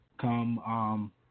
come